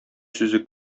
сүзе